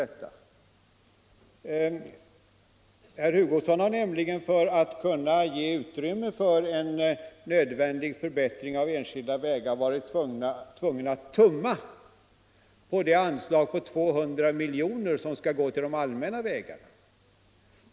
Herr Hugosson har för att kunna ge utrymme för en nödvändig förbättring av enskilda vägar varit tvungen att tumma på det extra anslag på 200 miljoner som skall gå till de allmänna vägarna.